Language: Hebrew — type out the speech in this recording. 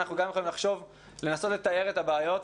אנחנו גם יכולים לנסות לתאר את הבעיות,